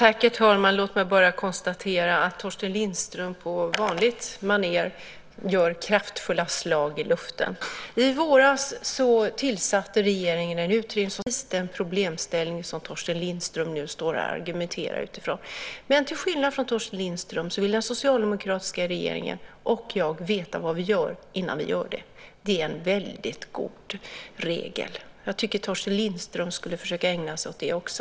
Herr talman! Låt mig bara konstatera att Torsten Lindström på vanligt maner gör kraftfulla slag i luften. I våras tillsatte regeringen en utredning som ska titta över precis den problemställning som Torsten Lindström nu argumenterar ifrån. Men till skillnad från Torsten Lindström vill den socialdemokratiska regeringen och jag veta vad vi gör innan vi gör något. Det är en väldigt god regel. Jag tycker att Torsten Lindström skulle försöka ägna sig åt det också.